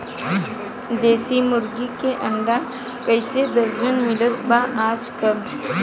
देशी मुर्गी के अंडा कइसे दर्जन मिलत बा आज कल?